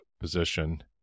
position